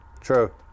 True